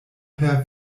per